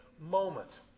moment